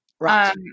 Right